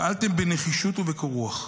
פעלתם בנחישות ובקור רוח,